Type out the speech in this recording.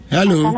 Hello